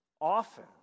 often